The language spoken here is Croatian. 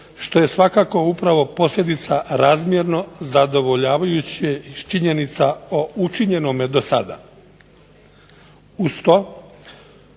što je svakako upravo posljedica razmjerno zadovoljavajuće iz činjenica o učinjenome do sada.